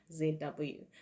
zw